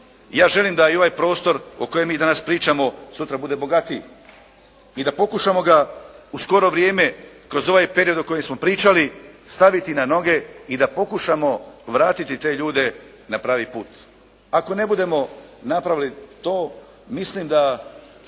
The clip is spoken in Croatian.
Ja želim da i ovaj prostor o kojem mi danas pričamo sutra bude bogatiji i da pokušamo ga u skoro vrijeme kroz ovaj period o kojem smo pričali staviti na noge i da pokušamo vratiti te ljude na pravi put. Ako ne budemo napravili to, mislim da